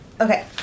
Okay